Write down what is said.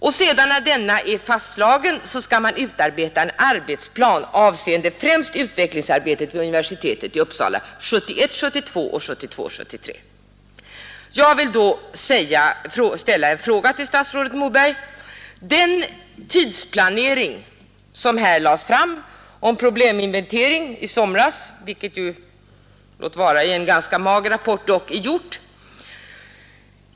När sedan denna är fastslagen skall man utforma en arbetsplan avseende främst utvecklingsarbetet vid universitetet i Uppsala, 1971 73. Jag vill då ställa en fråga till statsrådet Moberg med anledning av den tidsplanering som i somras lades fram om probleminventering och som låt vara i en ganska mager rapport dock är gjord.